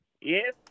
Yes